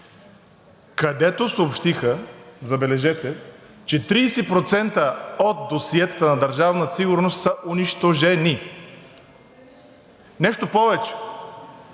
където съобщиха, забележете, че 30% от досиетата на Държавна сигурност са унищожени. Нещо повече.